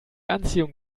anziehung